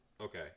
Okay